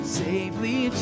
safely